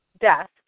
desk